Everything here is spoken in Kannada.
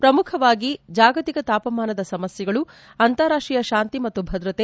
ಪ್ರಮುಖವಾಗಿ ಜಾಗತಿಕ ತಾಪಮಾನದ ಸಮಸ್ಟೆಗಳು ಅಂತಾರಾಷ್ಟೀಯ ಶಾಂತಿ ಮತ್ತು ಭದ್ರತೆ